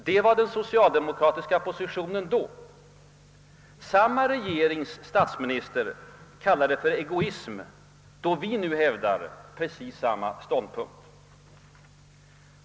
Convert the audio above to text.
Detta var den socialdemokratiska positionen då. Samma regerings statsminister kallar det för »egoism», då vi nu hävdar precis samma ståndpunkt.